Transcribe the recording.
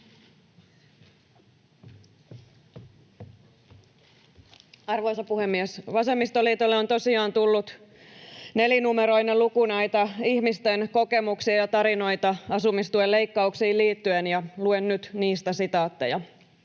Arvoisa puhemies! Vasemmistoliitolle on tosiaan tullut nelinumeroinen luku näitä ihmisten kokemuksia ja tarinoita asumistuen leikkauksiin liittyen, ja luen nyt niistä sitaatteja.